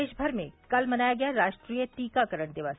देश भर में कल मनाया गया राष्ट्रीय टीकाकरण दिवस